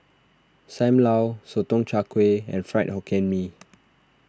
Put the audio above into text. Sam Lau Sotong Char Kway and Fried Hokkien Mee